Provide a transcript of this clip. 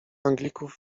anglików